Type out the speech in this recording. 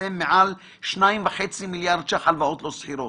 נתתם מעל 2 וחצי מיליארד ₪ הלוואות לא סחירות.